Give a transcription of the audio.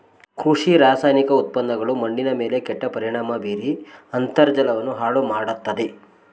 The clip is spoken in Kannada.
ಕೃಷಿ ರಾಸಾಯನಿಕ ಉತ್ಪನ್ನಗಳು ಮಣ್ಣಿನ ಮೇಲೆ ಕೆಟ್ಟ ಪರಿಣಾಮ ಬೀರಿ ಅಂತರ್ಜಲವನ್ನು ಹಾಳು ಮಾಡತ್ತದೆ